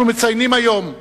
אנחנו מציינים היום,